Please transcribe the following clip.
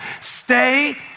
Stay